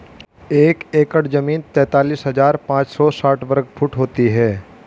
एक एकड़ जमीन तैंतालीस हजार पांच सौ साठ वर्ग फुट होती है